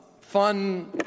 Fun